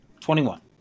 Twenty-one